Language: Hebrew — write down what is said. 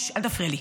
ששש, אל תפריע לי.